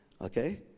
okay